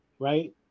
right